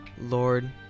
Lord